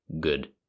good